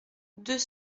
deux